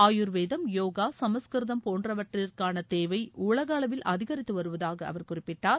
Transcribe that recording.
ஆயுர்வேதம் யோகா சமஸ்கிருதம் போன்றவற்றிற்கான தேவை உலகளவில் அதிகரித்துவருவதாக அவர் குறிப்பிட்டார்